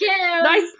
Nice